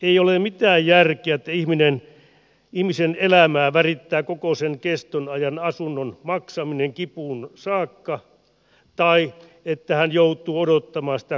ei ole mitään järkeä että ihmisen elämää värittää koko sen keston ajan asunnon maksaminen kipuun saakka tai että hän joutuu odottamaan sitä koko elämänsä